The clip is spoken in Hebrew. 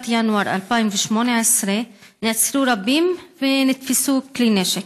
ינואר 2018 נעצרו רבים ונתפסו כלי נשק.